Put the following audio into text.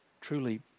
truly